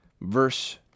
Verse